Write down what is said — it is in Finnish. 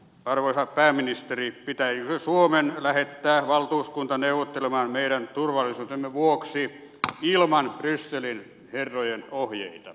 arvoisa pääministeri pitäisikö suomen lähettää valtuuskunta neuvottelemaan meidän turvallisuutemme vuoksi ilman brysselin herrojen ohjeita